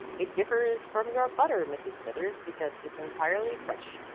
it differs from your butter, mrs. smithers, because it's entirely fresh.